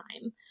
time